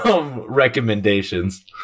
recommendations